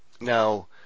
now